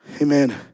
Amen